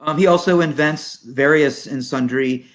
um he also invents various in sundry,